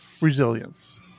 Resilience